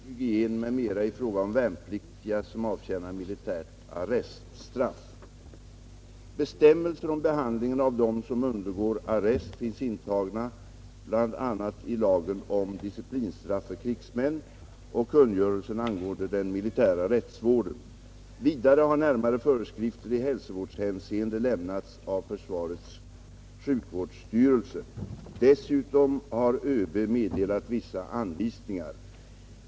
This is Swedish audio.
Herr Svanström har frågat mig vilka bestämmelser som för närvarande gäller beträffande rastning, bespisning, hygien m.m. i fråga om värnpliktiga som avtjänar militärt arreststraff. Bestämmelser om behandlingen av dem som undergår arrest finns intagna bl.a. i lagen om disciplinstraff för krigsmän och kungörelsen angående den militära rättsvården. Vidare har närmare föreskrifter i hälsovårdshänseende lämnats av försvarets sjukvårdsstyrelse. Dessutom har överbefälhavaren meddelat vissa anvisningar.